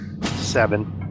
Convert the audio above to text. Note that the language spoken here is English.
seven